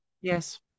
yes